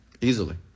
Easily